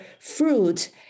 fruit